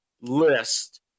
list